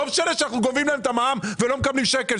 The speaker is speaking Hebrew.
לא משנה שאנחנו גובים מהם את המע"מ ולא מקבלים שקל.